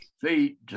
feet